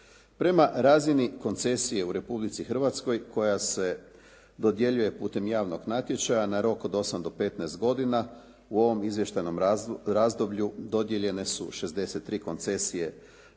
Prema razini koncesije u Republici Hrvatskoj koja se dodjeljuje putem javnog natječaja na rok od 8 do 15 godina u ovom izvještajnom razdoblju dodijeljene su 63 koncesije